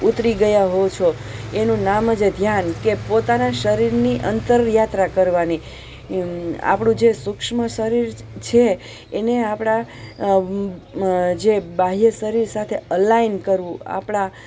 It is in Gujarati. ઉતરી ગયા હો છો એનું નામ જ ધ્યાન કે પોતાના શરીરની અંતર યાત્રા કરવાની આપણું જે સુક્ષ્મ શરીર છે એને આપણા જે બાહ્ય શરીર સાથે અલાઇન કરવું આપણા